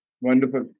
wonderful